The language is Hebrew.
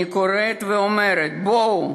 אני קוראת ואומרת: בואו,